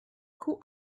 who